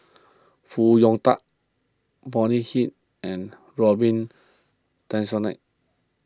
Foo Hong Tatt Bonny Hicks and Robin Tessensohn